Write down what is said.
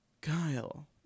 kyle